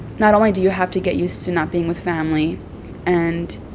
not only do you have to get used to not being with family and,